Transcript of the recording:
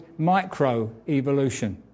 microevolution